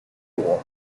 war